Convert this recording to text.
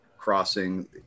Crossing